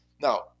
Now